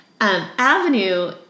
Avenue